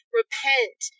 repent